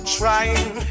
trying